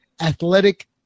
athletic